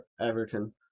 Everton